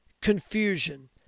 confusion